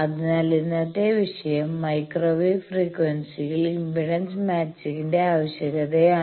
അതിനാൽ ഇന്നത്തെ വിഷയം മൈക്രോവേവ് ഫ്രീക്വൻസിയിൽ ഇംപെഡൻസ് മാച്ചിങ്ങിന്റെ ആവശ്യകതയാണ്